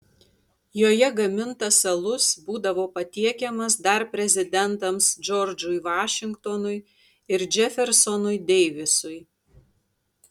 joje gamintas alus būdavo patiekiamas dar prezidentams džordžui vašingtonui ir džefersonui deivisui